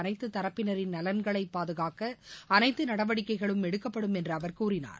அனைத்து தரப்பினரின் நலன்களை பாதுகாக்க அனைத்து நடவடிக்கைகளும் எடுக்கப்படும் என்று அவர் கூறினார்